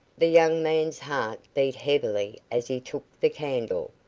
the young man's heart beat heavily as he took the candle,